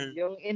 yung